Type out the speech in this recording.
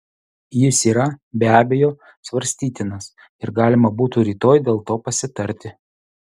jis yra be abejo svarstytinas ir galima būtų rytoj dėl to pasitarti